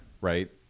Right